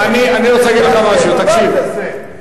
רבותי, רבותי.